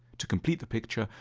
to complete the picture,